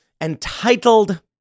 entitled